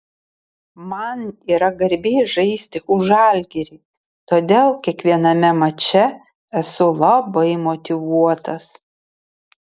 man yra garbė žaisti už žalgirį todėl kiekviename mače esu labai motyvuotas